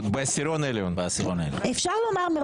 הצבעה בעד, 3 נגד, 8 נמנעים, אין לא אושר.